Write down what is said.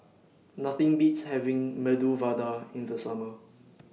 Nothing Beats having Medu Vada in The Summer